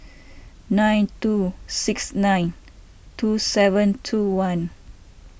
nine two six nine two seven two one